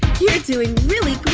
you're doing really